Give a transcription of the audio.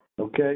Okay